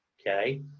okay